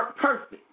perfect